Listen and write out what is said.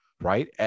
right